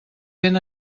ben